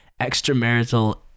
extramarital